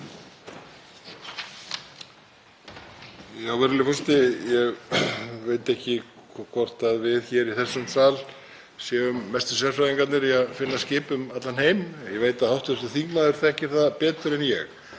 Virðulegur forseti. Ég veit ekki hvort við hér í þessum sal séum mestu sérfræðingarnir í að finna skip um allan heim. Ég veit að hv. þingmaður þekkir það betur en ég